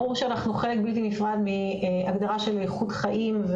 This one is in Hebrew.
ברור שאנחנו חלק בלתי נפרד מההגדרה של איכות חיים,